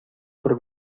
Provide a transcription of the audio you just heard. por